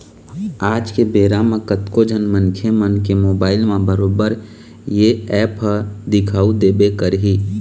आज के बेरा म कतको झन मनखे मन के मोबाइल म बरोबर ये ऐप ह दिखउ देबे करही